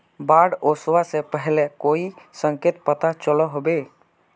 बाढ़ ओसबा से पहले कोई संकेत पता चलो होबे?